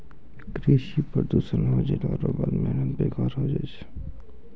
कृषि प्रदूषण हो जैला रो बाद मेहनत बेकार होय जाय छै